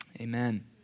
amen